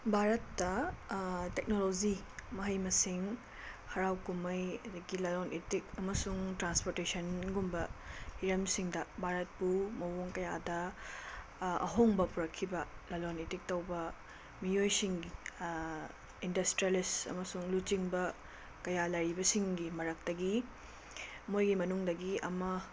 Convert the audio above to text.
ꯚꯥꯔꯠꯇ ꯇꯦꯛꯅꯣꯂꯣꯖꯤ ꯃꯍꯩ ꯃꯁꯤꯡ ꯍꯔꯥꯎ ꯀꯨꯝꯍꯩ ꯑꯗꯨꯗꯒꯤ ꯂꯣꯂꯣꯟ ꯏꯇꯤꯛ ꯑꯃꯁꯨꯡ ꯇ꯭ꯔꯥꯟꯁꯄꯣꯔꯇꯦꯁꯟꯒꯨꯝꯕ ꯍꯤꯔꯝꯁꯤꯡꯗ ꯚꯥꯔꯠꯄꯨ ꯃꯑꯣꯡ ꯀꯌꯥꯗ ꯑꯍꯣꯡꯕ ꯄꯨꯔꯛꯈꯤꯕ ꯂꯂꯣꯟ ꯏꯇꯤꯛ ꯇꯧꯕ ꯃꯤꯑꯣꯏꯁꯤꯡꯒꯤ ꯏꯟꯗꯁꯇ꯭ꯔꯦꯂꯤꯁ ꯑꯃꯁꯨꯡ ꯂꯨꯆꯤꯡꯕ ꯀꯌꯥ ꯂꯩꯔꯤꯕꯁꯤꯡꯒꯤ ꯃꯔꯛꯇꯒꯤ ꯃꯣꯏꯒꯤ ꯃꯅꯨꯡꯗꯒꯤ ꯑꯃ